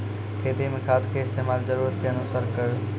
खेती मे खाद के इस्तेमाल जरूरत के अनुसार करऽ